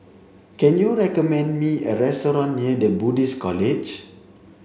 can you recommend me a restaurant near the Buddhist College